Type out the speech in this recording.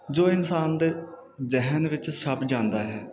ਜੋ ਇਨਸਾਨ ਦੇ ਜਿਹਨ ਵਿੱਚ ਛਪ ਜਾਂਦਾ ਹੈ